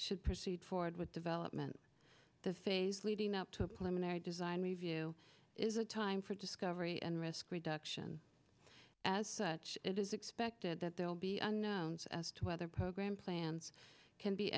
should proceed forward with development the phase leading up to limit their design review is time for discovery and risk reduction as such it is expected that there will be unknowns as to whether program plans can be